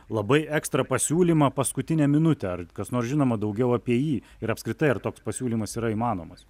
labai ekstra pasiūlymą paskutinę minutę ar kas nors žinoma daugiau apie jį ir apskritai ar toks pasiūlymas yra įmanomas